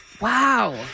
Wow